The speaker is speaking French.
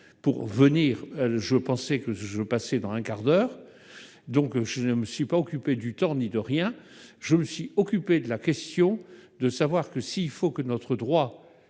pour venir, elle, je pensais que je passer dans un quart d'heure, donc je ne me suis pas occupé du tort ni de rien, je me suis occupé de la question de savoir que s'il faut que notre droit,